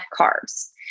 carbs